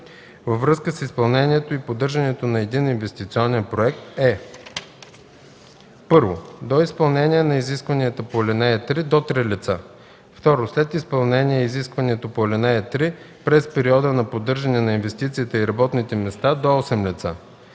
във връзка с изпълнението и поддържането на един инвестиционен проект е: 1. до изпълнение на изискването по ал. 3 – до три лица; 2. след изпълнение изискването по ал. 3, през периода на поддържане на инвестицията и работните места – до 8 лица.